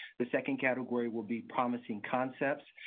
the second category will be promising concepts,